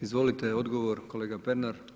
Izvolite odgovor kolega Pernar.